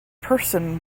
person